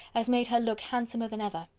as made her look handsomer than ever.